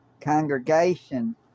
congregation